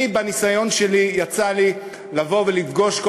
אני בניסיון שלי יצא לי לבוא ולפגוש כל